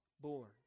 born